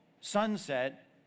sunset